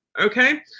Okay